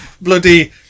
bloody